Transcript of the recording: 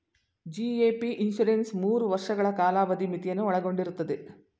GAP insurance ಮೂರು ವರ್ಷಗಳ ಕಾಲಾವಧಿ ಮಿತಿಯನ್ನು ಒಳಗೊಂಡಿರುತ್ತದೆ